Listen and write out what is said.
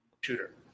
...shooter